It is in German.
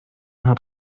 hat